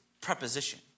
preposition